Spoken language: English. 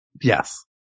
Yes